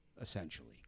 essentially